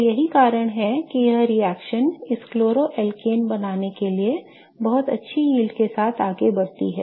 तो यही कारण है कि यह रिएक्शन इसी क्लोरो अल्केन बनाने के लिए बहुत अच्छी yield के साथ आगे बढ़ती है